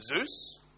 Zeus